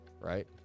right